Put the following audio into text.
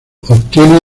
obtiene